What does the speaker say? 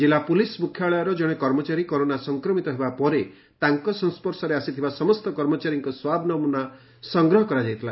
କିଲ୍ଲା ପୁଲିସ୍ ମୁଖ୍ୟାଳୟର ଜଣେ କର୍ମଚାରୀ କରୋନା ସଂକ୍ରମିତ ହେବା ପରେ ତାଙ୍କ ସଂସ୍ୱର୍ଶରେ ଆସିଥିବା ସମସ୍ତ କର୍ମଚାରୀଙ୍କ ସ୍ୱାବ୍ ନମୁନା ସଂଗ୍ରହ କରାଯାଇଥିଲା